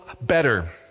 better